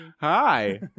Hi